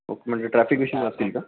okay म्हणजे ट्रॅफिकदिवशी नसतील का